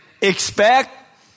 Expect